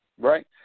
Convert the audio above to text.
Right